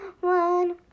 One